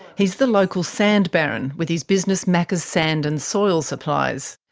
he's the local sand baron, with his business macka's sand and soil supplies.